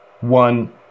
one